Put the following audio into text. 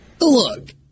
Look